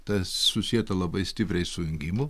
tas susieta labai stipriai su jungimu